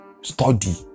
Study